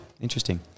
Interesting